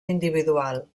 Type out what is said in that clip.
individual